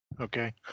Okay